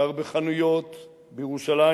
גר בחנויות בירושלים.